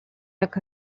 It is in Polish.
jak